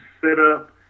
setup